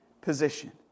position